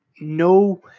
no